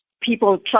people